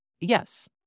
Yes